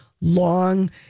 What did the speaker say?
long